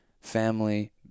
family